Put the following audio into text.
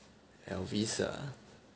Elvis ah